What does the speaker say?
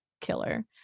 killer